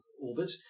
orbit